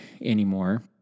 anymore